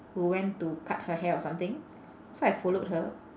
who went to cut her hair or something so I followed her